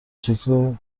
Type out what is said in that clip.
شکل